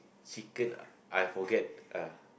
chicken I forget